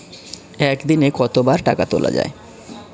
একদিনে কতবার টাকা তোলা য়ায়?